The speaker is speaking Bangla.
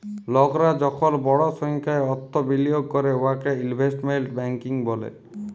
লকরা যখল বড় সংখ্যায় অথ্থ বিলিয়গ ক্যরে উয়াকে ইলভেস্টমেল্ট ব্যাংকিং ব্যলে